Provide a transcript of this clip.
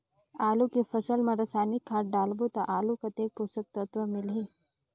आलू के फसल मा रसायनिक खाद डालबो ता आलू कतेक पोषक तत्व मिलही?